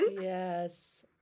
Yes